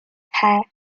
hei